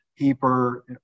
keeper